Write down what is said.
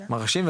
מרשים,